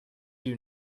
you